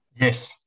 Yes